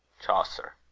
chaucer.